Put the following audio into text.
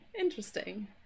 Interesting